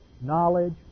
knowledge